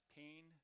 pain